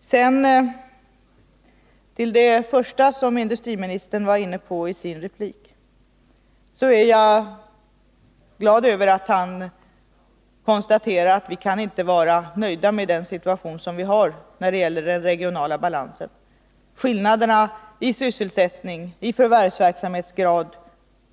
Sedan till det första som industriministern var inne på i sin replik. Jag är glad över att han konstaterar att vi inte kan vara nöjda med den situation vi har när det gäller den regionala balansen. Skillnaderna i sysselsättning, i förvärvsverksamhetsgrad och